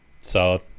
Solid